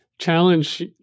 Challenge